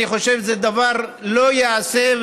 אני חושב שזה דבר שלא ייעשה,